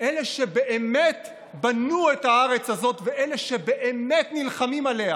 אלה שבאמת בנו את הארץ הזו ואלה שבאמת נלחמים עליה"